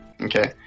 Okay